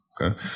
Okay